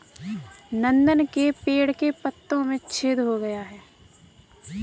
नंदन के पेड़ के पत्तों में छेद हो गया है